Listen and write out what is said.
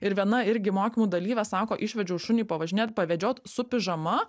ir viena irgi mokymų dalyvė sako išvedžiau šunį pavažinėt pavedžiot su pižama